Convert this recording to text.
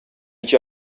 each